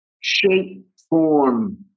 shape-form